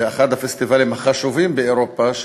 באחד הפסטיבלים החשובים באירופה,